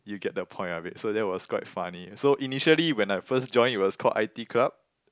you get the point of it so that was quite funny so initially when I first join it was called the i_t club